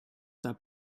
that